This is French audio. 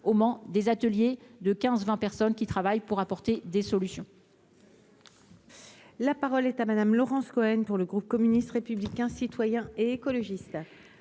au Mans, des ateliers de 15, 20 personnes qui travaillent pour apporter des solutions.